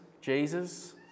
Jesus